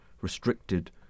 restricted